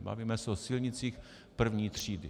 Bavíme se o silnicích první třídy.